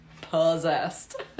possessed